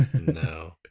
No